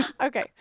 Okay